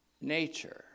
nature